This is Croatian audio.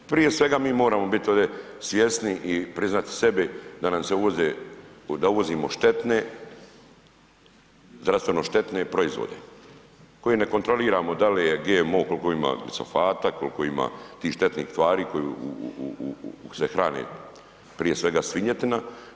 Prije svega mi moramo biti ovdje svjesni i priznati sebi da uvozimo štetne, zdravstveno štetne proizvode koje ne kontroliramo da li je GMO, koliko ima glifosata, koliko ima tih štetnih tvari koji se hrane, prije svega svinjetina.